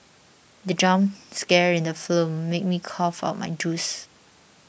the jump scare in the film made me cough out my juice